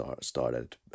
started